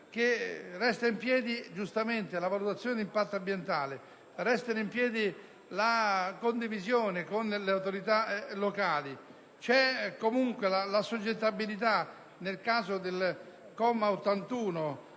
giustamente, la valutazione di impatto ambientale e la condivisione con le autorità locali; c'è comunque l'assoggettabilità, nel caso del comma